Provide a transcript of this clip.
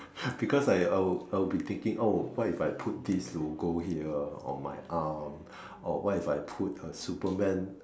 because like I would I would be thinking oh what if I put this to go here on my arm or what if I put a Superman